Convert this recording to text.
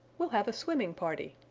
we'll have a swimming party.